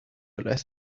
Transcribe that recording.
less